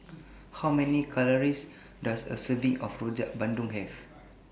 How Many Calories Does A Serving of Rojak Bandung Have